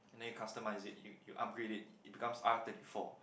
then you customize it you you upgrade it it become R thirty four